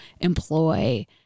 employ